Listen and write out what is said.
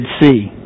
Sea